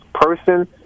person